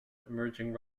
emerging